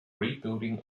rebuilding